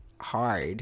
hard